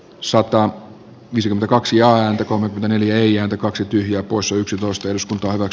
sota visiomme kaksi ääntä kolme neljä kaksi tyhjää poissa yksitoista jos kunta ovat